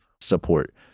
support